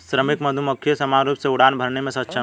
श्रमिक मधुमक्खी सामान्य रूप से उड़ान भरने में सक्षम हैं